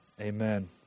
amen